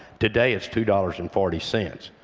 today it's two dollars and forty cents.